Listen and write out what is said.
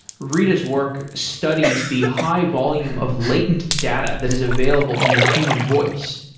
rita's work studies the high volume of latent data that is available in the human voice.